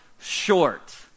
short